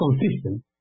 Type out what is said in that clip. consistent